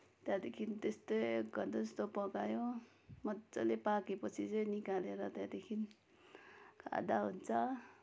त्यहाँदेखि त्यस्तो एक घन्टा जस्तो पकायो मजाले पाकेपछि चाहिँ निकालेर त्यहाँदेखि खाँदा हुन्छ